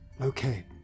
Okay